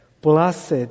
Blessed